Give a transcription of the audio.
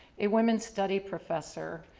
a woman's study professor,